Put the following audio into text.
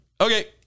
okay